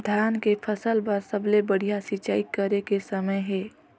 धान के फसल बार सबले बढ़िया सिंचाई करे के समय हे?